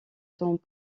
sont